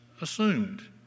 assumed